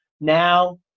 Now